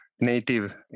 native